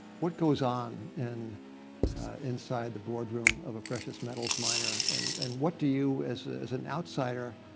what goes on and inside the boardroom of a precious metals miner and and what do you, as as an outsider,